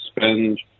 spend